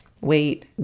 wait